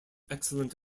excellent